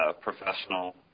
professional